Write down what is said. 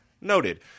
noted